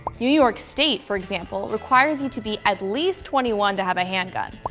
new york state, for example, requires you to be at least twenty one to have a handgun.